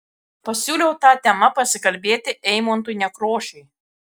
pasiūliau ta tema pasikalbėti eimuntui nekrošiui